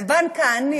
לבנק, פינטו.